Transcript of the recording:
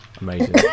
amazing